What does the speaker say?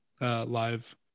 live